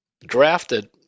drafted